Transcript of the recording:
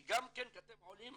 כי גם כן כשאתם עולים,